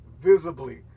visibly